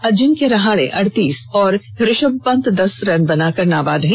अजिंक्य रहाणे अड़तीस और ऋषभ पंत दस रन बनाकर नाबाद हैं